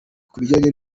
kubijyanye